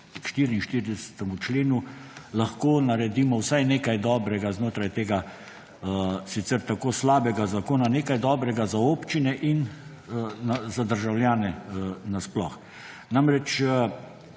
k 44. členu lahko naredimo vsaj nekaj dobrega znotraj tega sicer tako slabega zakona za občine in za državljane nasploh. Namreč,